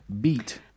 beat